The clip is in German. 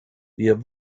wir